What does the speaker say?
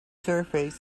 surface